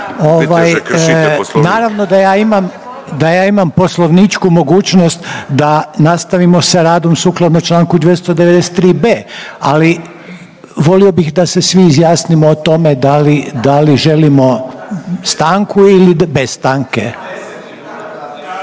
naravno da ja imam poslovničku mogućnost da nastavimo s radom sukladno članku 293.b, ali volio bih da se svi izjasnimo o tome da li želimo stanku ili bez stanke.